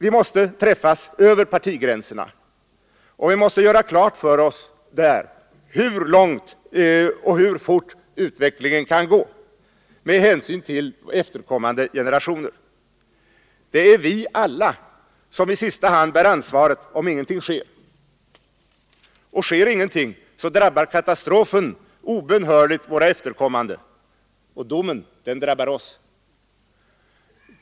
Vi måste träffas över partigränserna, och vi måste göra klart för oss hur långt och hur fort utvecklingen kan gå med hänsyn till efterkommande generationer. Det är vi alla som i sista hand bär ansvaret om ingenting sker. Sker ingenting drabbar katastrofen obönhörligt våra efterkommande — och domen drabbar oss.